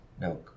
No